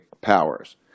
Powers